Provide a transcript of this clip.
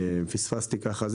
פספסתי ככה,